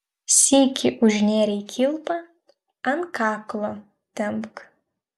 sykį užnėrei kilpą ant kaklo tempk